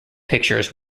pictures